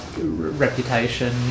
reputation